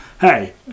Hey